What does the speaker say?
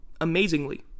amazingly